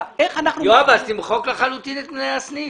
אז תמחק לחלוטין את מנהל הסניף.